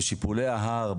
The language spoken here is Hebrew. בשיפולי ההר,